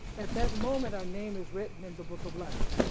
at that moment our name is written in the book of life.